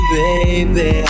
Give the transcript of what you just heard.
baby